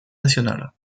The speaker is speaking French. nationale